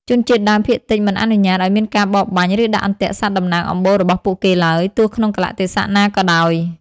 ជនជាតិដើមភាគតិចមិនអនុញ្ញាតឱ្យមានការបរបាញ់ ឬដាក់អន្ទាក់សត្វតំណាងអំបូររបស់ពួកគេឡើយ ទោះក្នុងកាលៈទេសៈណាក៏ដោយ។